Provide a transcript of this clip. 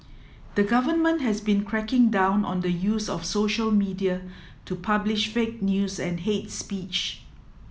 the government has been cracking down on the use of social media to publish fake news and hate speech